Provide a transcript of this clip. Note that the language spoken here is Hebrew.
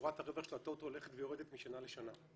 שורת הרווח של הטוטו הולכת ויורדת משנה לשנה.